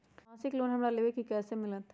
मासिक लोन हमरा लेवे के हई कैसे मिलत?